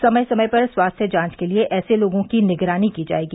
समय समय पर स्वास्थ्य जांच के लिए ऐसे लोगों की निगरानी की जाएगी